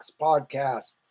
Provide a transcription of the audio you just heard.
podcast